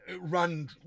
run